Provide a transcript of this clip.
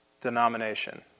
denomination